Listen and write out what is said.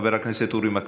חבר הכנסת אורי מקלב.